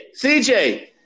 CJ